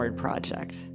project